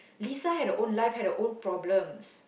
Lisa had her own life had her own problems